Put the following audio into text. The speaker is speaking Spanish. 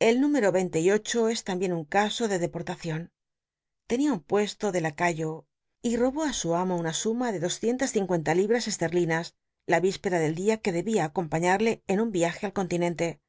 el número veinte y ocho es tambien un caso de dcportacion tenia un puesto de lacayo y obó su amo una suma de doscientas cincuenta libras cslcl'linas la rispe a del dia que debia acompaiial'lc en un viaje al continente